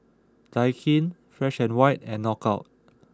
Daikin Fresh and White and Knockout